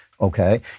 Okay